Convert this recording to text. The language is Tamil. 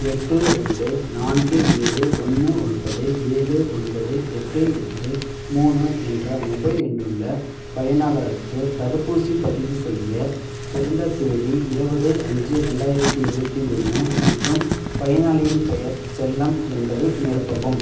எட்டு ரெண்டு நான்கு ஏழு ஒன்று ஒன்பது ஏழு ஒன்பது எட்டு எட்டு மூணு என்ற மொபைல் எண்ணுள்ள பயனாளருக்கு தடுப்பூசிப் பதிவு செய்ய பிறந்த தேதி இருபது அஞ்சு ரெண்டாயிரத்தி இருபத்தி ஒன்று மற்றும் பயனாளியின் பெயர் செல்லம் என்பதை நிரப்பவும்